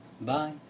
Bye